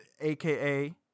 AKA